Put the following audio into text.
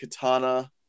Katana